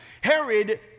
Herod